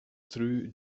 through